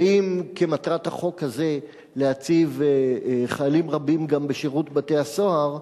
ואם כמטרת החוק הזה להציב חיילים רבים גם בשירות בתי-הסוהר,